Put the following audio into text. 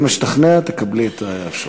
אם אשתכנע, תקבלי את האפשרות.